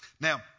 Now